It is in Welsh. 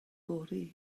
fory